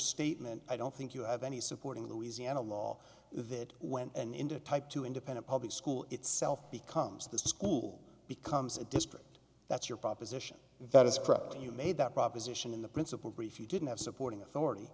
statement i don't think you have any supporting louisiana law that went into two independent public school itself becomes the school becomes a district that's your proposition that is private and you made that proposition in the principal brief you didn't have supporting authority